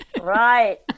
Right